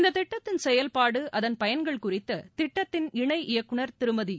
இந்த திட்டத்தின் செயல்பாடு அதன் பயன்கள் குறித்து திட்டத்தின் இணை இயக்குனர் திருமதி பி